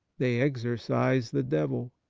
they exorcise the devil.